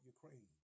Ukraine